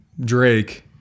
Drake